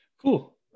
Cool